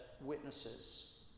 witnesses